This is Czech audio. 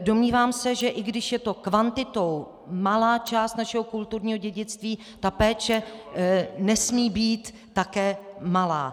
Domnívám se, že i když je to kvantitou malá část našeho kulturního dědictví, ta péče nesmí být také malá.